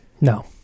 No